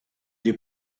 des